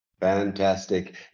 Fantastic